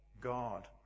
God